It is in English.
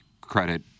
credit